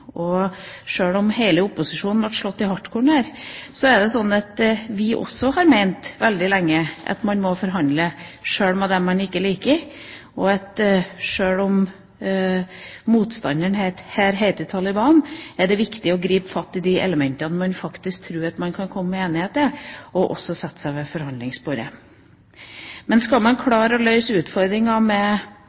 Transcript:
Sjøl om hele opposisjonen ble slått i hartkorn, er det sånn at vi veldig lenge har ment at man må forhandle, sjøl med dem man ikke liker. Sjøl om motstanderen her heter Taliban, er det viktig å gripe fatt i de elementene man faktisk tror man kan komme til enighet om, og så sette seg ved forhandlingsbordet. Skal man klare å løse utfordringene med